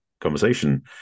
conversation